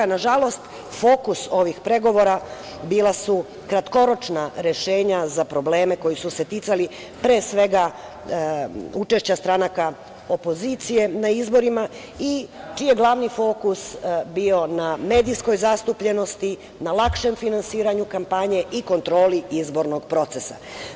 Nažalost, fokus ovih pregovora bila su kratkoročna rešenja za probleme koji su se ticali pre svega učešća stranaka opozicije na izborima i čiji je glavni fokus bio na medijskoj zastupljenosti, na lakšem finansiranju kampanje i kontroli izbornog procesa.